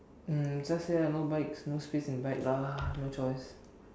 um just say I no bike no space in bike lah no choice